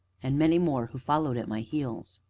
and many more who followed at my heels.